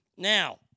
Now